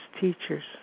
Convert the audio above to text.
teachers